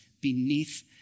beneath